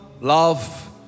love